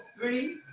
three